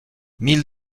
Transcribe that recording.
mille